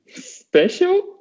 special